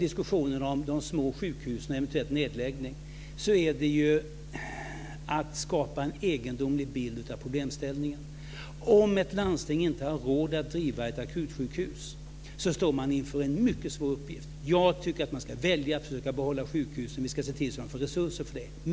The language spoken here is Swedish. Diskussionen om de små sjukhusens eventuella nedläggning skapar en egendomlig bild av problemställningen. Om ett landsting inte har råd att driva ett akutsjukhus står man inför en mycket svår uppgift. Jag tycker att man ska välja att försöka behålla sjukhusen. Vi ska se till att de får resurser till det.